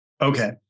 Okay